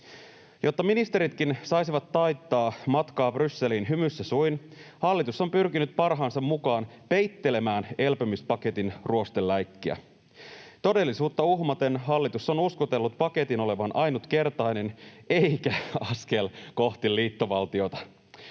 Jotta ministeritkin saisivat taittaa matkaa Brysseliin hymyssä suin, hallitus on pyrkinyt parhaansa mukaan peittelemään elpymispaketin ruosteläikkiä. Todellisuutta uhmaten hallitus on uskotellut paketin olevan ainutkertainen eikä askel kohti liittovaltiota.